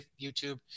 YouTube